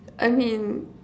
I mean